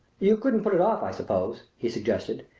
you couldn't put it off, i suppose? he suggested.